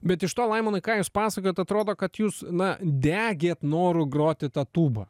bet iš to laimonai ką jūs pasakojat atrodo kad jūs na degėt noru groti ta tūba